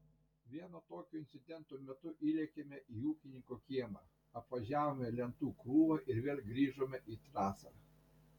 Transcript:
vieno tokio incidento metu įlėkėme į ūkininko kiemą apvažiavome lentų krūvą ir vėl grįžome į trasą